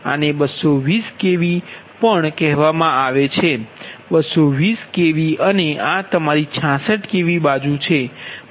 તેથી આ 220 kV છે આને 220kV પણ કહેવામાં આવે છે 220 kV અને આ તમારી 66 kV બાજુ છે